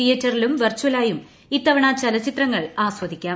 തിയേറ്ററിലും വെർചലായും ഇത്തവണ ചലച്ചിത്രങ്ങൾ ആസ്വദിക്കാം